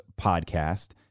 podcast